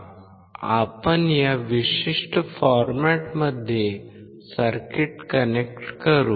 आपण या विशिष्ट फॉरमॅटमध्ये सर्किट कनेक्ट करू